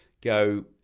go